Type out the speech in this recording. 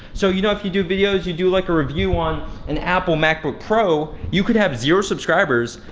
so you know, if you do videos, you'd do like a review on an apple macbook pro, you could have zero subscribers,